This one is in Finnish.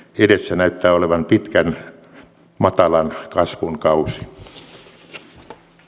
edessä näyttää olevan pitkä matalan kasvun kausi